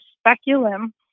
speculum